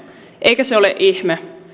eikä se ole ihme